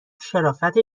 شرافتش